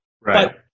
right